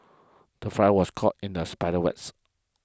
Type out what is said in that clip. the fly was caught in the spider's wets